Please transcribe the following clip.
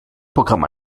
programm